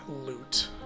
loot